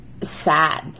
sad